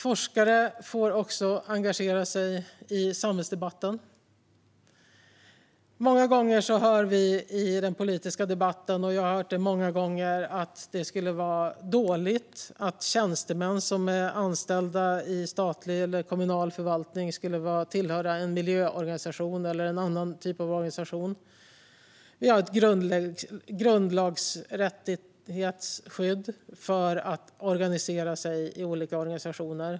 Forskare får också engagera sig i samhällsdebatten. Många gånger hör vi i den politiska debatten - jag har själv hört det många gånger - att det skulle vara dåligt att tjänstemän som är anställda i statlig eller kommunal förvaltning tillhör en miljöorganisation eller någon annan typ av organisation. Vi har en grundlagsskyddad rätt att organisera oss i olika organisationer.